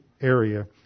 area